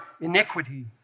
iniquity